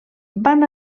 van